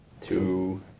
two